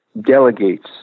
delegates